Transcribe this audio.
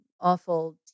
awful